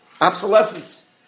obsolescence